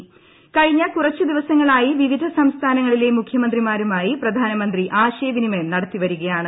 കൃഷ്ണ്ഞ് കുറച്ച് ദിവസങ്ങളായി വിവിധ സംസ്ഥാനങ്ങളിലെ മൂഖ്യമന്ത്രിമാരുമായി പ്രധാനമന്ത്രി ആശയവിനിമയം നടത്തി വൂരികയ്ാണ്